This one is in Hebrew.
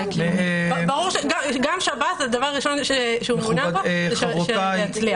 גם שב"ס, הדבר הראשון שהוא מעוניין בו, שזה יצליח.